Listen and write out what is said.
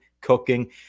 cooking